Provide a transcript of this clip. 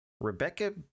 Rebecca